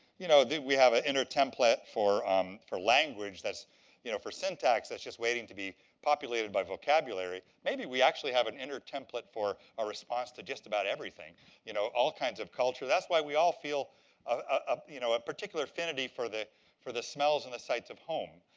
you know we have a inner template for um for language that's you know for syntax that's just waiting to be populated by vocabulary. maybe we actually have an inner template for a response to just about everything you know all kinds of culture. that's why we all feel ah you know a particular affinity for the for the smells and the sights of home,